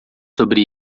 sobre